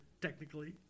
technically